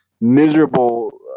miserable